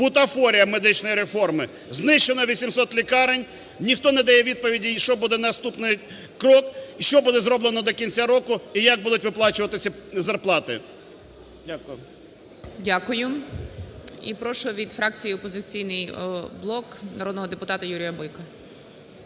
бутафорія медичної реформи. Знищено 800 лікарень. Ніхто не дає відповіді і що буде наступний крок, і що буде зроблено до кінця року і як будуть виплачуватися зарплати. Дякую.